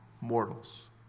mortals